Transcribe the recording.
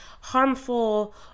harmful